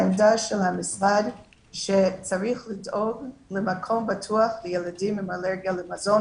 העמדה של המשרד היא שצריך לדאוג למקום בטוח לילדים עם אלרגיה למזון